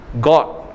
God